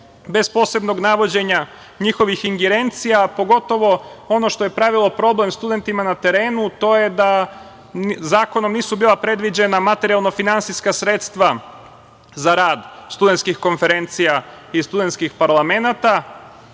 bez posebnog navođenja njihovih ingerencija, pogotovo ono što je pravilo problem studentima na terenu, da zakonom nisu bila predviđena materijalno-finansijska sredstva za rad studentskih konferencija i studentskih parlamenata.S